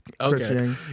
Okay